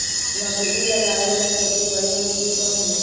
मकई लगावेला सबसे बढ़िया मिट्टी कौन हैइ?